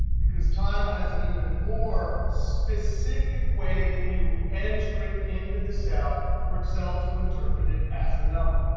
because time has an even more specific way that you enter it into the cell for excel to interpret it as a number.